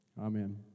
Amen